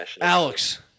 Alex